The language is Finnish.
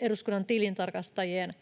eduskunnan tilintarkastajien